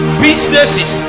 businesses